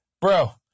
bro